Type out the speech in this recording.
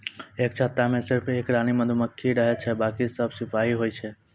एक छत्ता मॅ सिर्फ एक रानी मधुमक्खी रहै छै बाकी सब सिपाही होय छै